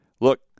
Look